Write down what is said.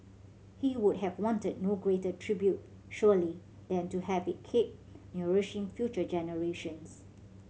he would have wanted no greater tribute surely than to have it keep nourishing future generations